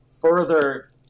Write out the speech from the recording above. further